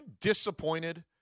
disappointed